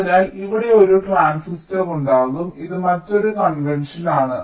അതിനാൽ ഇവിടെ ഒരു ട്രാൻസിസ്റ്റർ ഉണ്ടാകും ഇത് മറ്റൊരു കൺവെൻഷൻ ആണ്